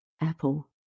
apple